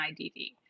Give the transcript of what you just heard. IDD